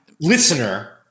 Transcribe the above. listener